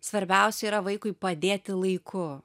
svarbiausia yra vaikui padėti laiku